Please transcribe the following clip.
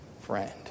friend